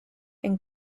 and